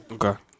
Okay